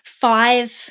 five